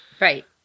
Right